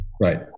Right